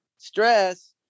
stress